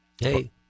Hey